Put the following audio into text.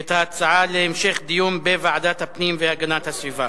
את ההצעות להמשך דיון בוועדת הפנים והגנת הסביבה.